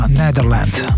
netherlands